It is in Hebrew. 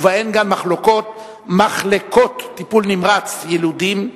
ובהן גם מחלקות טיפול נמרץ יילודים,